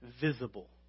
visible